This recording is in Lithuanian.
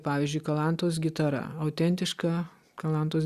pavyzdžiui kalantos gitara autentiška kalantos